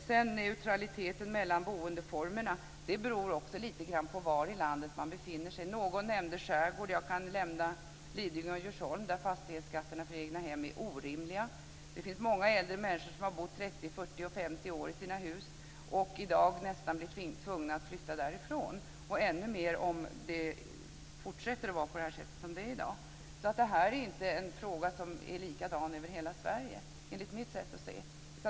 Sedan till neutraliteten mellan boendeformerna. Det beror också lite grann på var i landet man befinner sig. Någon nämnde skärgården. Jag kan nämna Lidingö och Djursholm, där fastighetsskatterna för egnahem är orimliga. Det finns många äldre människor som har bott 30, 40 och 50 år i sina hus och som i dag nästan blir tvingade att flytta därifrån. Det blir ännu värre om det fortsätter att vara på det sätt som det är i dag. Det här är alltså inte en fråga som ser likadan ut över hela Sverige enligt mitt sätt att se.